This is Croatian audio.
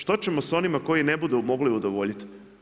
Što ćemo sa onima koji ne budu mogli udovoljiti?